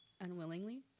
Unwillingly